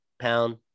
pound